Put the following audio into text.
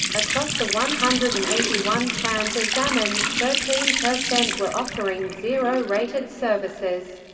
across the one hundred and eighty one plans examined, thirteen per cent were offering zero-rated services.